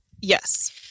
Yes